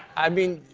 i mean,